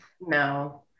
No